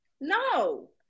No